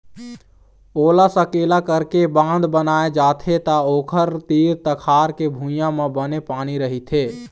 ओला सकेला करके बांध बनाए जाथे त ओखर तीर तखार के भुइंया म बने पानी रहिथे